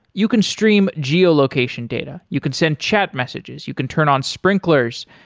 you can stream geo-location data, you can send chat messages, you can turn on sprinklers,